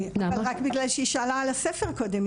רק בגלל שהיא דיברה על הספר קודם.